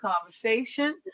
conversation